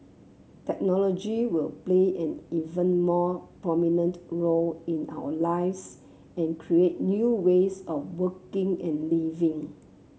technology will play an even more prominent role in our lives and create new ways of working and living